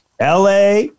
LA